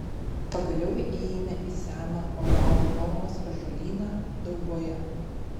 pagaliau įeina į seną ovalo formos ąžuolyną dauboje